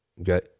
Okay